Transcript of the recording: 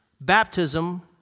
baptism